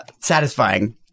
satisfying